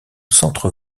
centre